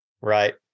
Right